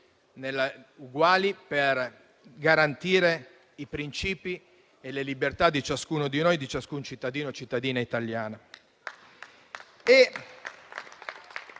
uguali per garantire i princìpi e le libertà di ciascuno di noi, di ciascun cittadino e cittadina italiani.